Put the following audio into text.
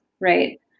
right